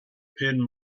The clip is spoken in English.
pin